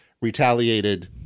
retaliated